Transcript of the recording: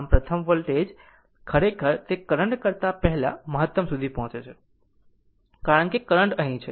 આમ પ્રથમ વોલ્ટેજ ખરેખર તે કરંટ કરતા પહેલા મહતમ સુધી પહોંચે છે કારણ કે કરંટ અહીં છે